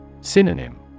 Synonym